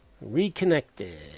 Reconnected